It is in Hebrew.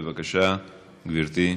בבקשה, גברתי.